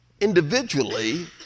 individually